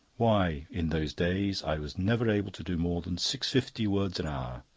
why, in those days i was never able to do more than six-fifty words an hour,